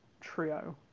trio